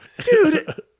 Dude